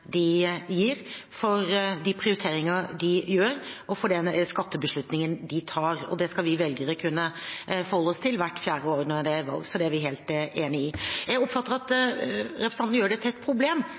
de gir, for de prioriteringene de gjør, og for den skattebeslutningen de tar. Det skal vi velgere kunne forholde oss til hvert fjerde år når det er valg. Så det er jeg helt enig i. Jeg oppfatter at